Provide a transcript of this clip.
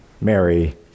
Mary